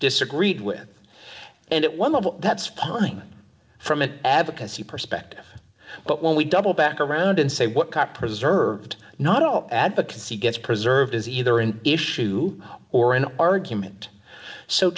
disagreed with and at one level that's fine from an advocacy perspective but when we double back around and say what top preserved not all advocacy gets preserved is either an issue or an argument so